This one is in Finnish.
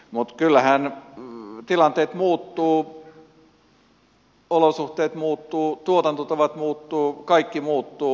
mutta kyllähän tilanteet muuttuvat olosuhteet muuttuvat tuotantotavat muuttuvat kaikki muuttuu